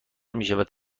میشود